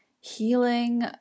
healing